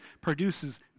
produces